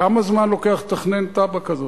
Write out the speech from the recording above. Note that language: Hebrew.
כמה זמן לוקח לתכנן תב"ע כזאת?